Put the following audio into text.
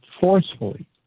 forcefully